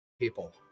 people